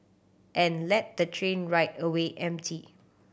and let the train ride away empty